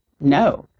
no